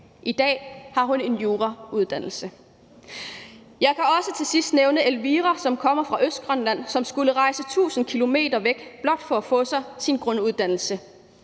I dag har hun en jurauddannelse. Jeg kan også til sidst nævne Elvira, som kommer fra Østgrønland, og som skulle rejse 1.000 km væk blot for at få sig sin grunduddannelse.